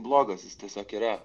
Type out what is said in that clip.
blogas jis tiesiog yra